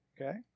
Okay